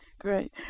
Great